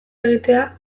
egitea